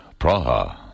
Praha